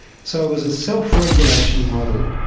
so it was a self-regulation model,